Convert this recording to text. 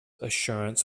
assurance